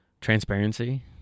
transparency